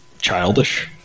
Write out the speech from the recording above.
childish